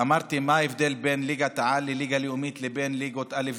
אמרתי: מה ההבדל בין ליגת העל והליגה לאומית לבין ליגות א',